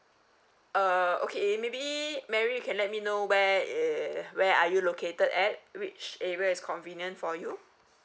uh okay maybe mary you can let me know where eh where are you located at which area is convenient for you